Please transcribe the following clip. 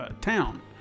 town